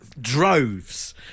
droves